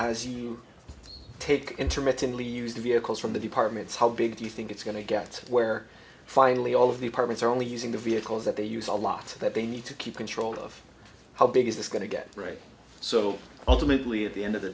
as you take intermittently used vehicles from the departments how big do you think it's going to get where finally all of the apartments are only using the vehicles that they use a lot that they need to keep control of how big is this going to get right so ultimately at the end of the